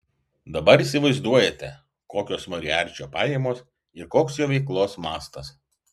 dabar įsivaizduojate kokios moriarčio pajamos ir koks jo veiklos mastas